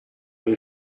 you